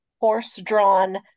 horse-drawn